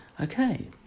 Okay